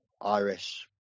Irish